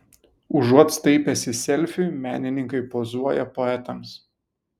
užuot staipęsi selfiui menininkai pozuoja poetams